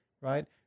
Right